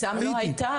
אבתיסאם לא היתה,